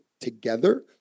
together